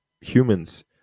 humans